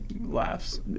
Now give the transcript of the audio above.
laughs